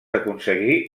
aconseguí